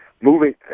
moving